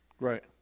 Right